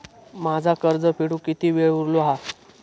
माझा कर्ज फेडुक किती वेळ उरलो हा?